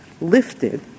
lifted